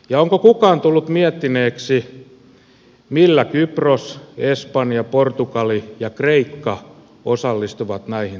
ja onko kukaan tullut miettineeksi millä kypros espanja portugali ja kreikka osallistuvat näihin talkoisiin